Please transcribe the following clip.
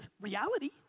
reality